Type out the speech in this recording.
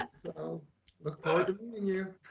so look forward to meeting you.